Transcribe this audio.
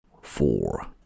Four